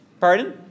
pardon